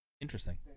Interesting